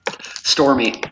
Stormy